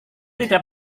tidak